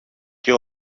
και